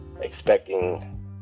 expecting